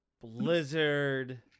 Blizzard